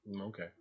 Okay